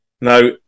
Now